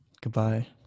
goodbye